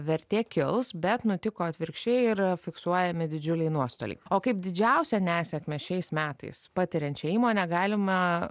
vertė kils bet nutiko atvirkščiai ir yra fiksuojami didžiuliai nuostoliai o kaip didžiausią nesėkmę šiais metais patiriančią įmonę galima